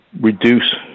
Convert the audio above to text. reduce